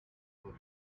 bush